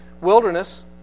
wilderness